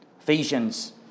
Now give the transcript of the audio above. Ephesians